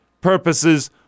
purposes